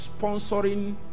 sponsoring